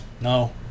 No